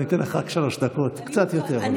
אני אתן לך רק שלוש דקות, קצת יותר.